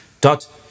dot